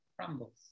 crumbles